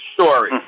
story